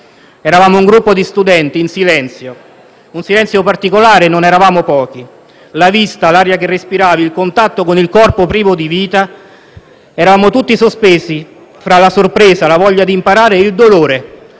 un gruppo di studenti in silenzio - un silenzio particolare, visto che non eravamo pochi - la vista, l'aria che si respirava, il contatto con il corpo privo di vita, tutti sospesi tra sorpresa, voglia di imparare e dolore